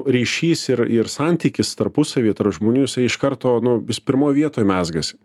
ryšys ir ir santykis tarpusavyje tarp žmonių jisai iš karto nu jis pirmoj vietoj mezgasi